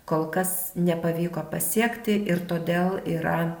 kol kas nepavyko pasiekti ir todėl yra